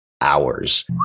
hours